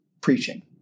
preaching